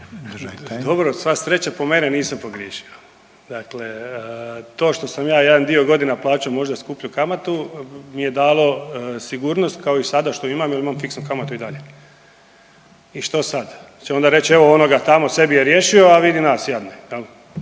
Dobro, sva sreća po mene nisam pogriješio. Dakle to što sam ja jedan dio godina plaćao možda skuplju kamatu mi je dalo sigurnost kao i sada što imam jel imam fiksnu kamatu i dalje. I što sad? Će onda reć eno onoga tamo sebi je riješio, a vidi nas jadne